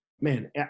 man